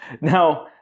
now